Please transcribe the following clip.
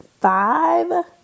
five